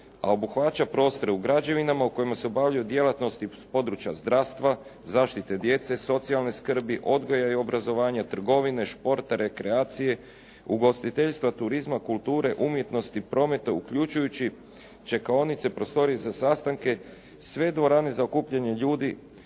a obuhvaća prostore u građevinama u kojima se obavljaju djelatnosti s područja zdravstva, zaštite djece, socijalne skrbi, odgoja i obrazovanja, trgovine, športa, rekreacije, ugostiteljstva, turizma, kulture, umjetnosti, prometa, uključujući čekaonice, prostorije za sastanke, sve dvorane za okupljanje ljudi,